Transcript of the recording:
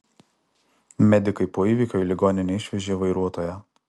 medikai po įvykio į ligoninę išvežė vairuotoją